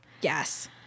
Yes